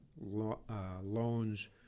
loans